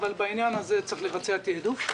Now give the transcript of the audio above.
בעניין הזה צריך לבצע תעדוף.